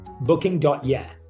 Booking.yeah